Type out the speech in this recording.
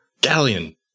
Galleon